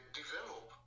develop